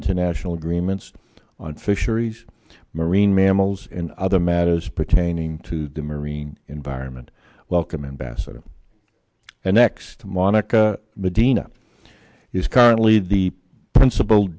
international agreements on fisheries marine mammals and other matters pertaining to the marine environment welcome ambassador and next to monica medina is currently the principal